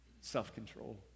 Self-control